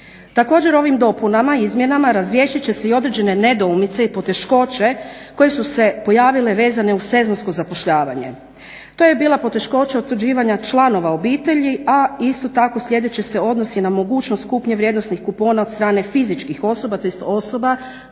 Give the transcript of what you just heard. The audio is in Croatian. Također, ovim dopunama, izmjenama razriješit će se i određene nedoumice i poteškoće koje su se pojavile vezano uz sezonsko zapošljavanje. To je bila poteškoća utvrđivanja članova obitelji, a isto tako sljedeće se odnosi na mogućnost kupnje vrijednosnih kupona od strane fizičkih osoba, tj. osoba